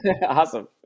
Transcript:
awesome